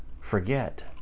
forget